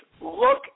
look